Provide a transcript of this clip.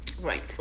Right